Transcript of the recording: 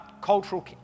cultural